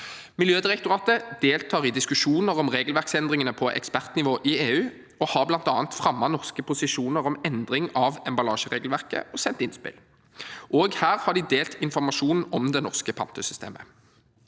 Miljødirektoratet deltar i diskusjoner om regelverksendringene på ekspertnivå i EU og har bl.a. fremmet norske posisjoner om endring av emballasjeregelverket og sendt innspill. Også her har de delt informasjon om det norske pantesystemet.